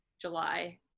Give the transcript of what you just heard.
July